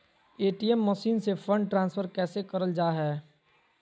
ATM machine से fund transfer कैसे करल जा है?